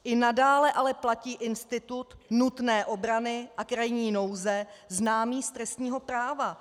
I nadále ale platí institut nutné obrany a krajní nouze známý z trestního práva.